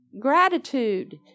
gratitude